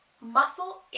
muscle